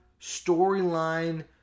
storyline